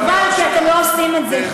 חבל, כי לא עושים את זה.